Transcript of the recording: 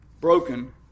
broken